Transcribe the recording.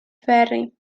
ferri